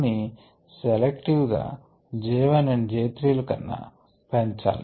J 2 ని selective గా J 1 and J 3 ల కన్నా పెంచాలి